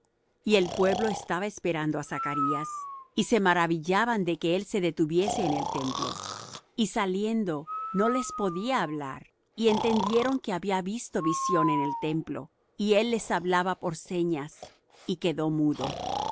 y el pueblo estaba esperando á zacarías y se maravillaban de que él se detuviese en el templo y saliendo no les podía hablar y entendieron que había visto visión en el templo y él les hablaba por señas y quedó mudo